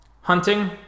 hunting